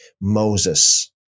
Moses